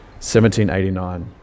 1789